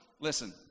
Listen